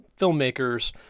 filmmakers